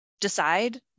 decide